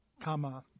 Comma